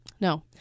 No